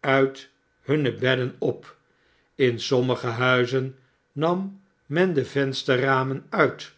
uit hunne bedden op in sommige huizen nam men de vensterramen uit